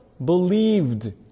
Believed